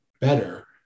better